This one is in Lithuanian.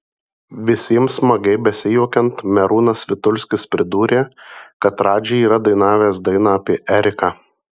visiems smagiai besijuokiant merūnas vitulskis pridūrė kad radži yra dainavęs dainą apie eriką